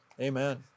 Amen